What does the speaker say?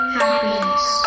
happiness